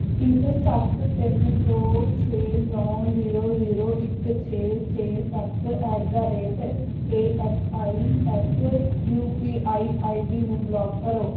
ਇਸ ਸੱਤ ਤਿੰਨ ਦੋ ਛੇ ਨੌ ਜ਼ੀਰੋ ਜ਼ੀਰੋ ਇੱਕ ਛੇ ਛੇ ਸੱਤ ਐਟ ਦਾ rate A X I S U P I I D ਨੂੰ ਬਲੋਕ ਕਰੋ